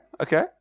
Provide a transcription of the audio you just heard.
okay